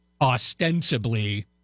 ostensibly